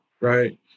right